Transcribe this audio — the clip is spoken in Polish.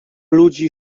ludzi